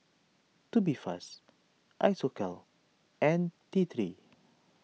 Tubifast Isocal and T three